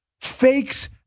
fakes